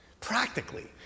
Practically